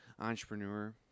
entrepreneur